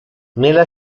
nella